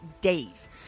days